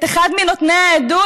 את אחד מנותני העדות,